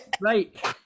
Right